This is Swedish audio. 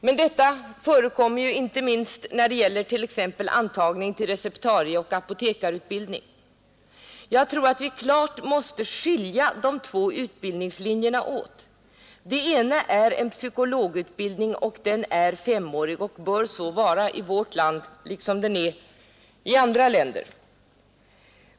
Men detta förekommer ju inte minst när det gäller t.ex. intagning till receptarieoch apotekarutbildning. Vi måste klart skilja de två utbildningslinjerna åt. Den ena är en psykologutbildning och den är femårig. Den bör så vara i vårt land liksom i andra länder.